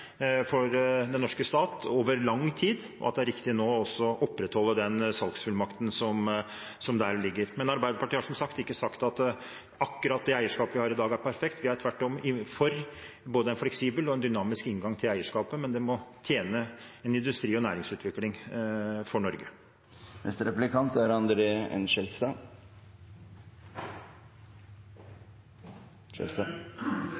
for den norske stat over lang tid at det nå er riktig å opprettholde den salgsfullmakten som der ligger. Arbeiderpartiet har som sagt ikke sagt at akkurat det eierskapet vi har i dag, er perfekt. Vi går tvert imot inn for en både fleksibel og dynamisk inngang til eierskapet, men det må tjene industri og næringsutvikling for Norge. Jeg syntes det var interessant, det som ble sagt av forrige replikant.